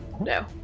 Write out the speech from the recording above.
No